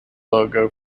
logo